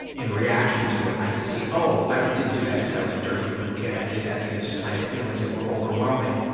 in reaction to it, i could see. oh! i didn't do that cause i was a dirty little kid, i did that cause i had feelings that were overwhelming.